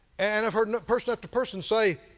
and i've heard and person after person say